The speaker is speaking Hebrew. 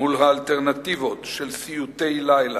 מול האלטרנטיבות של סיוטי לילה,